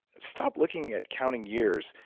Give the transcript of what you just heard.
stop looking at counting years.